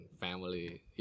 family